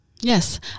Yes